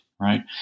Right